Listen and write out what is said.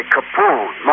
Capone